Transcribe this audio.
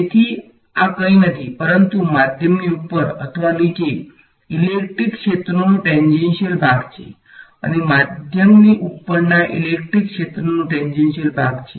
તેથી આ કંઈ નથી પરંતુ માધ્યમની ઉપર અથવા નીચે ઇલેક્ટ્રિક ક્ષેત્રનો ટેંજેંશીયલ ભાગ છે અને માધ્યમની ઉપરના ઇલેક્ટ્રિક ક્ષેત્રનો ટેંજેંશીયલ ભાગ છે